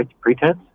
pretense